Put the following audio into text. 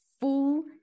full